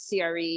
CRE